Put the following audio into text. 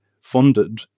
funded